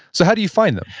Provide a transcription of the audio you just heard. so how do you find them?